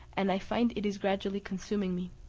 and i find it is gradually consuming me.